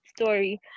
story